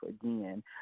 again